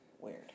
weird